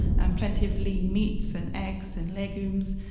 and plenty of lean meat so and eggs and legumes,